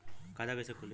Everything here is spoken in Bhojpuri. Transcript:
खाता कइसे खुली?